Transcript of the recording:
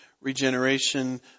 regeneration